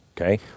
okay